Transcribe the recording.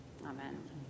amen